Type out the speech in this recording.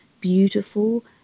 beautiful